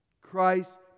Christ